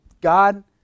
God